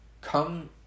Come